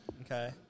Okay